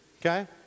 okay